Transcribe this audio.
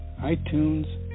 iTunes